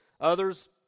Others